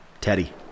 Teddy